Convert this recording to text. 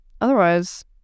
Otherwise